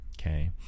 okay